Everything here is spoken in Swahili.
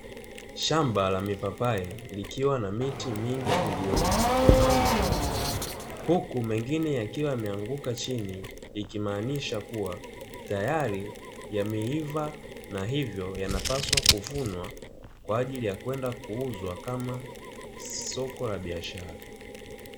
Shamba la mipapai, likiwa na miti mingi iliyokomaa matunda, huku mengine yakiwa yameanguka chini, ikimaanisha kuwa tayari yameiva na hivyo yanapaswa kuvunwa na kwenda kuuzwa kama soko la biashara.